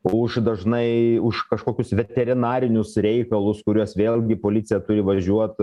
o už dažnai už kažkokius veterinarinius reikalus kuriuos vėlgi policija turi važiuot